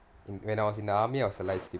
when I was in the army I was a light sleeper